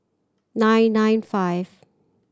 nine nine five